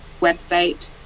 website